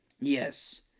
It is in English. Yes